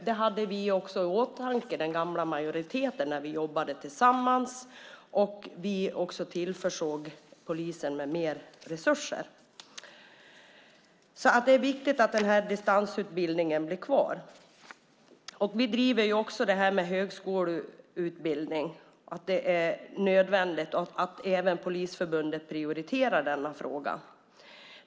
Det hade också den gamla majoriteten i åtanke när vi jobbade tillsammans. Vi tillförde också polisen mer resurser. Det är viktigt att den här distansutbildningen blir kvar. Vi driver också frågan om högskoleutbildning. Det är nödvändigt, och även Polisförbundet prioriterar den frågan.